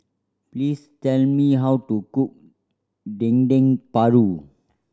please tell me how to cook Dendeng Paru